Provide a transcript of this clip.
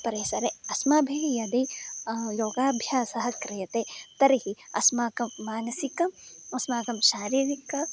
परिसरे अस्माभिः यदि योगाभ्यासः क्रियते तर्हि अस्माकं मानसिकम् अस्माकं शारीरिकम्